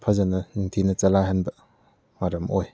ꯐꯖꯅ ꯅꯤꯡꯊꯤꯅ ꯆꯂꯥꯏꯍꯟꯕ ꯃꯔꯝ ꯑꯣꯏ